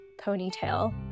ponytail